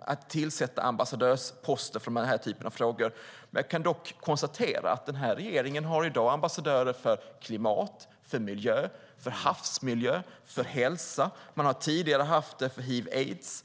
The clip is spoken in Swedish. att tillsätta ambassadörsposter för den här typen av frågor. Jag kan dock konstatera att den här regeringen i dag har ambassadörer för klimat, miljö, havsmiljö och hälsa. Man har tidigare haft det för hiv/aids.